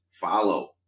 follow